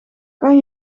kan